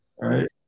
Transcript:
right